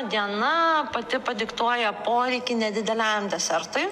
diena pati padiktuoja poreikį nedideliam desertui